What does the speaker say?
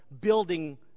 building